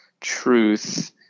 truth